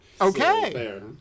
Okay